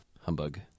Humbug